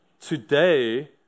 today